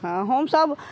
हँ हम सभ